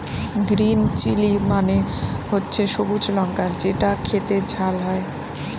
green chilli মানে হচ্ছে সবুজ লঙ্কা যেটা খেতে ঝাল হয়